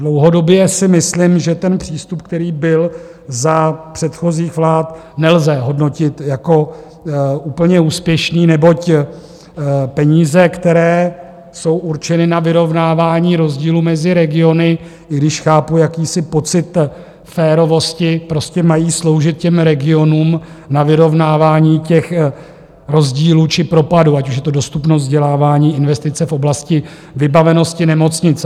Dlouhodobě si myslím, že ten přístup, který byl za předchozích vlád, nelze hodnotit jako úplně úspěšný, neboť peníze, které jsou určeny na vyrovnávání rozdílů mezi regiony, i když chápu jakýsi pocit férovosti, prostě mají sloužit těm regionům na vyrovnávání těch rozdílů či propadů, ať už je to dostupnost vzdělávání, investice v oblasti vybavenosti nemocnic.